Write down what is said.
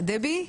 דבי,